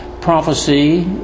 prophecy